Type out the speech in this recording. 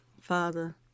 Father